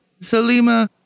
Salima